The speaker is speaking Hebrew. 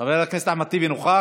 חבר הכנסת אחמד טיבי נוכח?